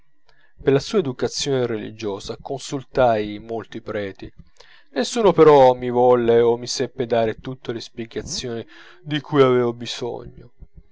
per la sua educazione religiosa consultai molti preti nessuno però mi volle o mi seppe dare tutte le spiegazioni di cui avevo bisogno